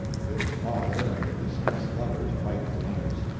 the bitter father and the distressed lovers write the letters.